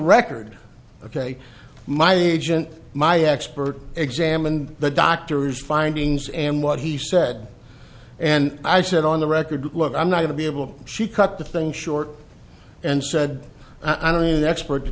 record ok my agent my expert examined the doctor's findings and what he said and i said on the record look i'm not going to be able to cut the thing short and said i don't mean the expert to